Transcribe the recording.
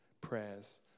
prayers